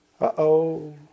Uh-oh